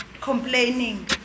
complaining